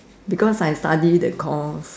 because I study the course